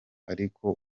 ariko